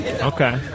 okay